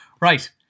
Right